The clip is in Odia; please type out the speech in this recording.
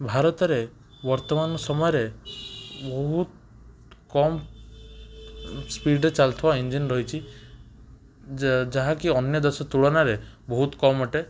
ଭାରତରେ ବର୍ତ୍ତମାନ ସମୟରେ ବହୁତ କମ୍ ସ୍ପିଡ଼ରେ ଚାଲୁଥିବା ଇଞ୍ଜିନ୍ ରହିଛି ଯାହାକି ଅନ୍ୟ ଦେଶ ତୁଳନାରେ ବହୁତ କମ୍ ଅଟେ